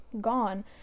gone